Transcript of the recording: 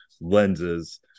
lenses